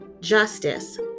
justice